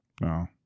No